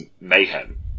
mayhem